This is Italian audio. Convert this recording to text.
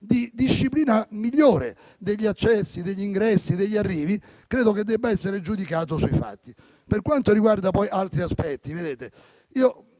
di disciplina migliore degli accessi, degli ingressi e degli arrivi, credo che debba essere giudicato sui fatti. Per quanto riguarda poi altri aspetti, oltre al